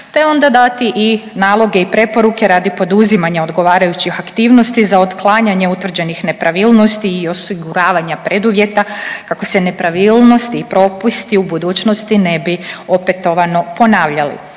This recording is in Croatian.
te onda dati i naloge i preporuke radi poduzimanja odgovarajućih aktivnosti za otklanjanje utvrđenih nepravilnosti i osiguravanja preduvjeta kako se nepravilnosti i propusti u budućnosti ne bi opetovano ponavljali.